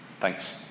Thanks